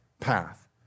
path